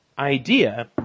idea